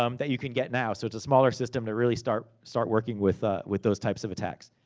um that you can get now. so, it's a smaller system to really start start working with ah with those types of attacks.